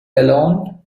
alone